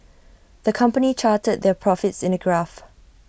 the company charted their profits in A graph